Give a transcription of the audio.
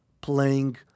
playing